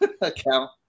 account